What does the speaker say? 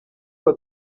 aba